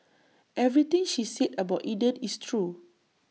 everything she said about Eden is true